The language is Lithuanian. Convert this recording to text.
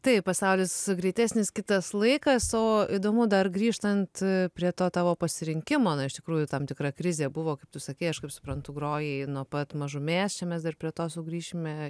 taip pasaulis greitesnis kitas laikas o įdomu dar grįžtant prie to tavo pasirinkimo na iš tikrųjų tam tikra krizė buvo kaip tu sakei aš kaip suprantu grojai nuo pat mažumės čia mes dar prie to sugrįšime